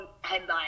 headline